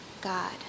God